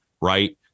right